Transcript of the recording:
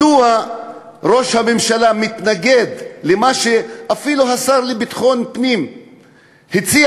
מדוע ראש הממשלה מתנגד למה שאפילו השר לביטחון הפנים הציע,